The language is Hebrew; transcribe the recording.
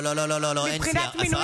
לא לא לא, אין שיח.